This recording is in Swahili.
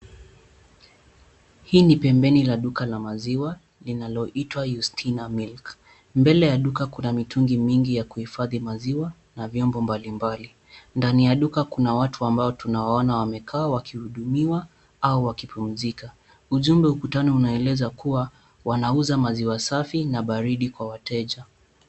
Hii ni pembeni la duka la maziwa inayoitwa Yustina Milk. Mbele ya duka kuna mitungi mingi ya kuhifadhi maziwa na vyombo mbalimbali. Ndani ya duka kuna watu ambao tunawaona wamekaa wakihudumiwa au wakipumzika. Ujumbe ukutani unaeleza kuwa wanauza maziwa safi na baridi kwa wateja.